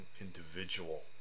individual